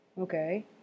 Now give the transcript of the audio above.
Okay